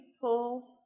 pull